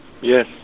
Yes